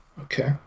Okay